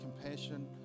compassion